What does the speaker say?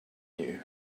you